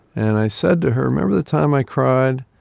and i said to her, remember the time i cried?